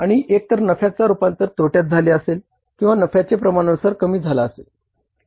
आणि एकतर नफ्याचा रूपांतर तोटयात झाले असेल किंवा नफा प्रमाणानुसार कमी झाला असेल